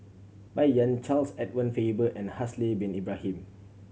Bai Yan Charles Edward Faber and Haslir Bin Ibrahim